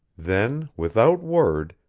then, without word,